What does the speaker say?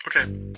Okay